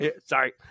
sorry